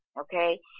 Okay